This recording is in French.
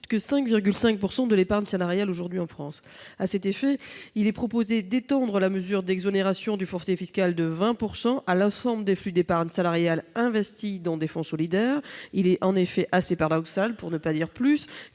que 5,5 % de l'épargne salariale aujourd'hui en France. À cet effet, il est proposé d'étendre la mesure d'exonération du forfait fiscal de 20 % à l'ensemble des flux d'épargne salariale investis dans des fonds solidaires. Il est assez paradoxal, pour ne pas dire plus,